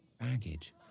baggage